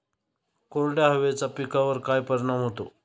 कोरड्या हवेचा पिकावर काय परिणाम होतो?